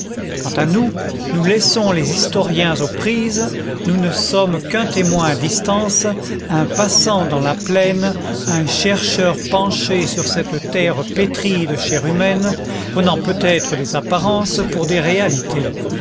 quant à nous nous laissons les historiens aux prises nous ne sommes qu'un témoin à distance un passant dans la plaine un chercheur penché sur cette terre pétrie de chair humaine prenant peut-être des apparences pour des réalités